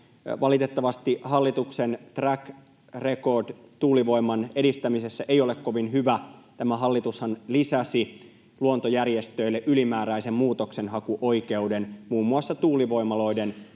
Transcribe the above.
Valitettavasti hallituksen track record tuulivoiman edistämisessä ei ole kovin hyvä. Tämä hallitushan lisäsi luontojärjestöille ylimääräisen muutoksenhakuoikeuden muun muassa tuulivoimaloiden